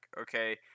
Okay